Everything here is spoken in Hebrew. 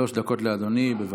שלוש דקות לאדוני, בבקשה.